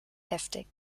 heftig